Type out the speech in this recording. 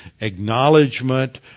acknowledgement